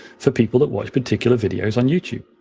for people that watch particular videos on youtube.